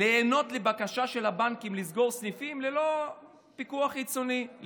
להיענות לבקשה של הבנקים לסגור סניפים ללא פיקוח חיצוני,